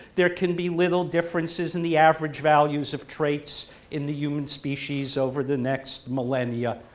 there can be little differences in the average values of traits in the human species over the next millennia,